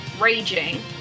raging